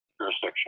jurisdiction